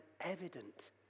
evident